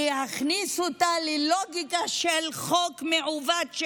להכניס אותה ללוגיקה של חוק מעוות,